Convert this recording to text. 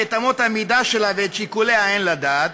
שאת אמות המידה שלה ואת שיקוליה אין לדעת,